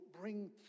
bring